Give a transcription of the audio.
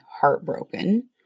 heartbroken